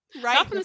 right